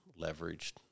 leveraged